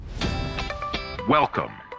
Welcome